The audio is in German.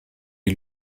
die